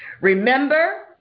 remember